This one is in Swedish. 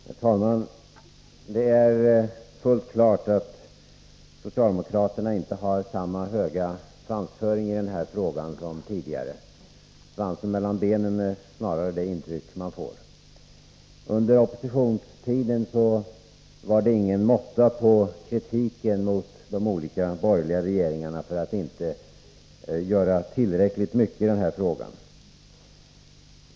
Herr talman! Det är fullt klart att socialdemokraterna inte har samma höga svansföring i den här frågan som tidigare. Svansen mellan benen är snarare det intryck man får. Under oppositionstiden var det ingen måtta på kritiken mot de olika borgerliga regeringarna för att de inte gjorde tillräckligt mycket på detta område.